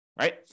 right